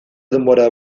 denbora